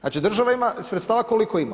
Znači država ima sredstava koliko ima.